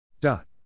Dot